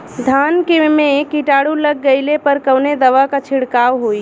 धान में कीटाणु लग गईले पर कवने दवा क छिड़काव होई?